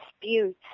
disputes